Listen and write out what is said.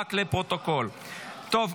לפרוטוקול.